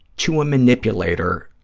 to a manipulator,